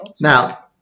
now